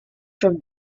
from